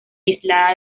aislada